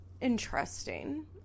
interesting